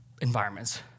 environments